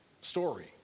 story